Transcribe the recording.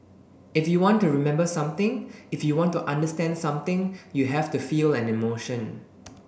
if you want to remember something if you want to understand something you have to feel an emotion